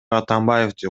атамбаевди